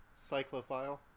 cyclophile